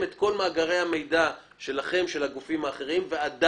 את כל מאגרי המידע של הגופים האחרים ועוד